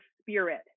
spirit